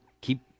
keep